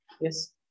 Yes